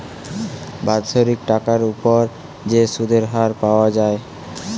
বাৎসরিক টাকার উপর যে সুধের হার পাওয়া যায়